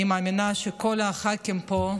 אני מאמינה שכל הח"כים פה,